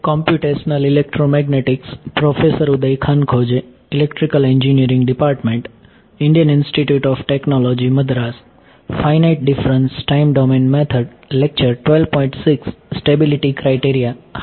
તો ચાલો ઉદાહરણ તરીકે 2 D લઈએ